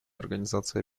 организации